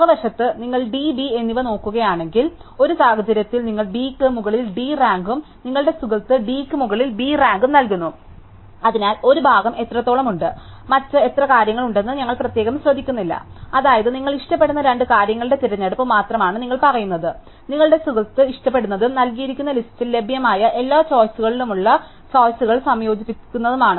മറുവശത്ത് നിങ്ങൾ D B എന്നിവ നോക്കുകയാണെങ്കിൽ ഒരു സാഹചര്യത്തിൽ നിങ്ങൾ Bക്ക് മുകളിൽ D റാങ്കും നിങ്ങളുടെ സുഹൃത്ത് Dക്ക് മുകളിൽ B റാങ്കും നൽകുന്നു അതിനാൽ ഒരു ഭാഗം എത്രത്തോളം ഉണ്ട് മറ്റ് എത്ര കാര്യങ്ങൾ ഉണ്ടെന്ന് ഞങ്ങൾ പ്രത്യേകിച്ച് ശ്രദ്ധിക്കുന്നില്ല അതായത് നിങ്ങൾ ഇഷ്ടപ്പെടുന്ന രണ്ട് കാര്യങ്ങളുടെ തിരഞ്ഞെടുപ്പ് മാത്രമാണ് ഞങ്ങൾ പറയുന്നത് നിങ്ങളുടെ സുഹൃത്ത് ഇഷ്ടപ്പെടുന്നതും നൽകിയിരിക്കുന്ന ലിസ്റ്റിൽ ലഭ്യമായ എല്ലാ ചോയ്സുകളിലുമുള്ള ചോയ്സുകൾ സംയോജിപ്പിക്കുന്നതുമാണ്